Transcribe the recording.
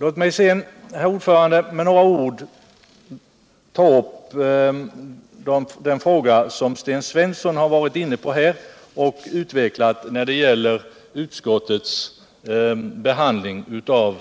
Låt mig sedan med några ord ta upp den fråga som Sten Svensson utvecklat och som gäller utskottets behandling av